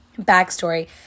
backstory